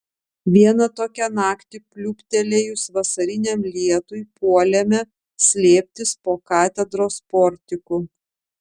vieną tokią naktį pliūptelėjus vasariniam lietui puolėme slėptis po katedros portiku